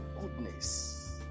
goodness